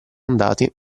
andati